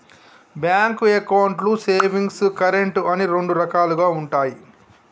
bank అకౌంట్లు savings, current అని రెండు రకాలుగా ఉంటయి